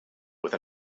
with